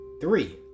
three